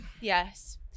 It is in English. Yes